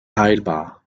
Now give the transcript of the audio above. heilbar